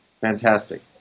fantastic